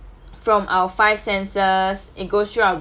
from our five senses it goes through our